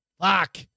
Fuck